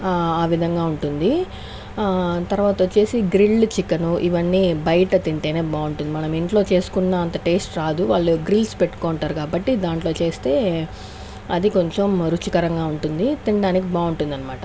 ఆ విధంగా ఉంటుంది తర్వాత వచ్చేసి గ్రిల్డ్ చికెన్ ఇవన్నీ బయట తింటేనే బాగుంటుంది మనం ఇంట్లో చేసుకున్న అంతా టేస్ట్ రద్దు వాళ్లు గ్రిల్స్ పెట్టుకుంటారు కాబట్టి వాళ్ళు దాంట్లో చేస్తే అది కొంచెం రుచికరంగా ఉంటుంది తినడానికి బాగుంటుంది అనమాట